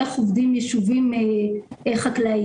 איך עובדים יישובים חקלאיים,